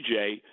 DJ